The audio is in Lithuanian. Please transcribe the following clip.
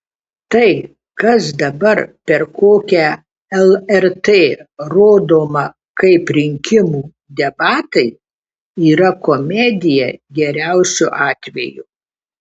tai kas dabar per kokią lrt rodoma kaip rinkimų debatai yra komedija geriausiu atveju